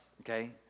Okay